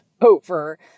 over